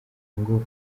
ngo